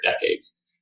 decades